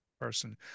person